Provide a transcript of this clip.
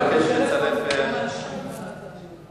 בקצב הזה עוד 200 שנה והכול פטור.